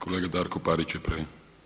Kolega Darko Parić je prvi.